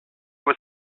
was